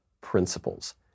principles